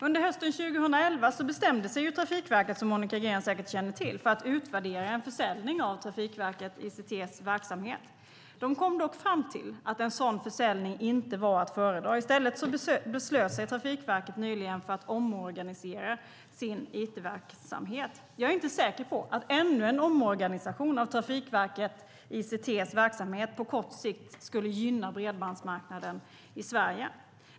Under hösten 2011 bestämde sig Trafikverket, som Monica Green säkert känner till, för att utvärdera en försäljning av Trafikverket ICT:s verksamhet. Verket kom fram till att en sådan försäljning inte var att föredra. I stället beslöt sig Trafikverket nyligen för att omorganisera sin it-verksamhet. Jag är inte säker på att ännu en omorganisation av Trafikverket ICT:s verksamhet på kort sikt skulle gynna bredbandsmarknaden i Sverige.